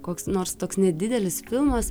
koks nors toks nedidelis filmas